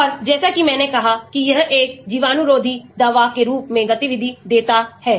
और जैसा कि मैंने कहा कि यह एक जीवाणुरोधी दवा के रूप में गतिविधि देता है